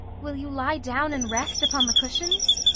will you lie down and rest upon the cushions?